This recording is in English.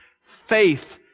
Faith